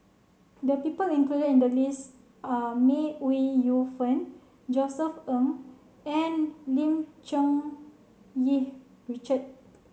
the people included in the list are May Ooi Yu Fen Josef Ng and Lim Cherng Yih Richard